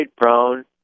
brown